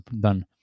Done